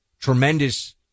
tremendous